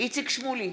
איציק שמולי,